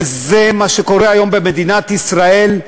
וזה מה שקורה היום במדינת ישראל,